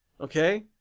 Okay